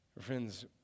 Friends